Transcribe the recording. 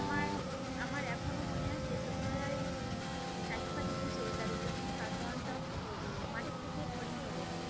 আমার আমার এখনও মনে আছে ছোটোবেলায় শালিক পাখি পুষে তাদের জন্য খাদ্য আনতাম ওই মাঠের থেকে ফড়িং ধরে এনে